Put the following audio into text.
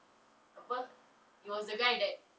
apa it was the guy that